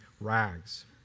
rags